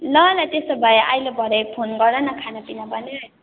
ल ल त्यसो भए अहिले भरे फोन् गर न अन्त खानापिना बनाइहाल्छु